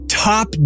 Top